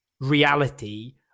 reality